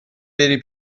بری